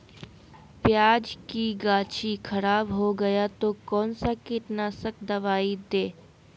प्याज की गाछी खराब हो गया तो कौन सा कीटनाशक दवाएं दे?